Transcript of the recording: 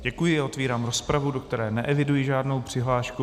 Děkuji a otevírám rozpravu, do které neeviduji žádnou přihlášku.